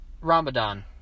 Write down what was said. Ramadan